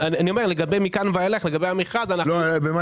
במה